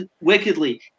wickedly